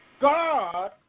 God